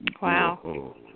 Wow